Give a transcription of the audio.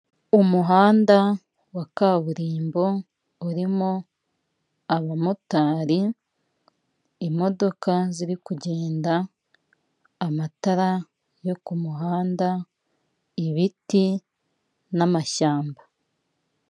Umuhanda wa kaburimbo urimo abamotari, imodoka ziri kugenda, amatara yo ku muhanda, ibiti n'amashyamba.